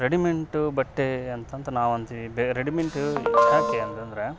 readymade ಬಟ್ಟೇ ಅಂತಂಥ ನಾವು ಅಂತೀವಿ ಬೇರೆ ರೆಡಿಮೆಂಟ್ ಯಾಕೆ ಅಂತಂದರೆ